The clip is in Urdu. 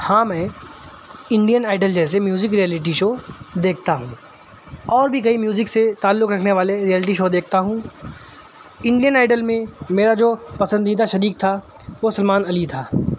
ہاں میں انڈین آئیڈل جیسے میوزک رئیلٹی شو دیکھتا ہوں اور بھی کئی میوزک سے تعلق رکھنے والے ریئلٹی شو دیکھتا ہوں انڈین آئیڈل میں میرا جو پسندیدہ شریک تھا وہ سلمان علی تھا